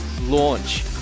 launch